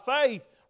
faith